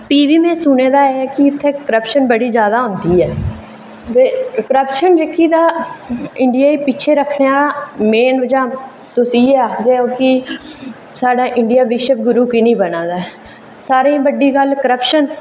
फ्ही बी में सुने दा ऐ कि क्रप्शन बड़ी ज्यादा होंदी ऐ क्रप्शन जेह्की तां पिच्छ रक्खने आहला मेन बजह तुस इ'यै आखदे कि साढ़ा इडिया विश्व गुरु की नेईं बना दा ऐ सारें कोला बड़ी गल्ल क्रप्शन